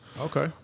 Okay